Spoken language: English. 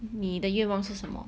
你的愿望是什么